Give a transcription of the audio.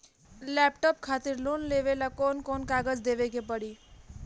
Laptop खातिर loan लेवे ला कौन कौन कागज देवे के पड़ी?